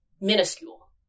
minuscule